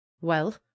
Well